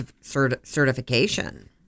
certification